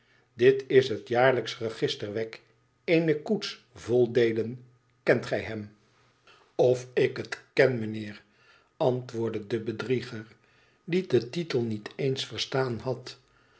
dit is het jaarlijksch register wegg eene koets vol deelen kent gij hem of ik het ken mijnheer antwoordde de bedrieger die den titel niet eens verstaan had